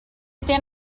stand